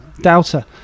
Doubter